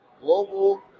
Global